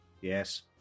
Yes